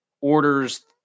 orders